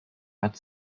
but